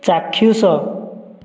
ଚାକ୍ଷୁଷ